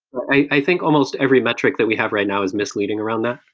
i think almost every metric that we have right now is misleading around that.